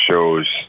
shows